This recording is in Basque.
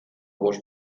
bost